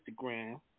Instagram